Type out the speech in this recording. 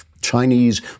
Chinese